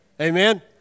Amen